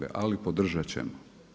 ali podržat ćemo.